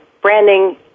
branding